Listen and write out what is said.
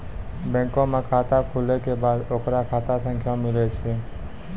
बैंको मे खाता खुलै के बाद ओकरो खाता संख्या मिलै छै